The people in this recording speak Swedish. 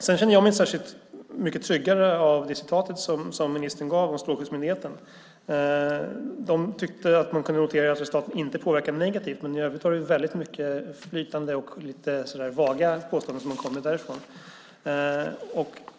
Sedan känner jag mig inte särskilt mycket tryggare av det uttalande från strålskyddsmyndigheten som ministern hänvisade till. De tyckte att man kunde notera att detta inte påverkade negativt, men i övrigt är det väldigt flytande och vaga påståenden som har kommit därifrån.